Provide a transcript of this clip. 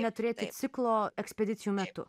neturėti ciklo ekspedicijų metu